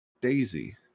Daisy